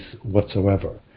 whatsoever